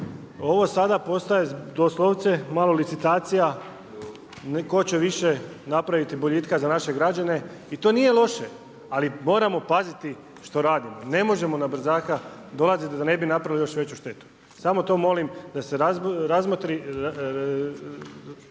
Ovo sada postaje doslovce malo licitacija tko će više napraviti boljitka za naše građane i to nije loše, ali moramo paziti što radimo. Ne možemo na brzaka dolaziti da ne bi napravili još veću štetu. Samo to molim da se razmotri